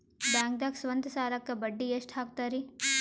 ಬ್ಯಾಂಕ್ದಾಗ ಸ್ವಂತ ಸಾಲಕ್ಕೆ ಬಡ್ಡಿ ಎಷ್ಟ್ ಹಕ್ತಾರಿ?